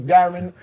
Darren